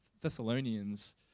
Thessalonians